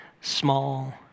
small